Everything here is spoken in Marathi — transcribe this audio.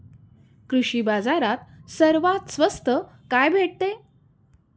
कृषी बाजारात सर्वात स्वस्त काय भेटते?